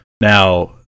now